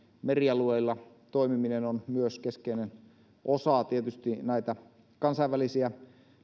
merialueilla toimiminen on myös keskeinen osa tietysti näitä kansainvälisiä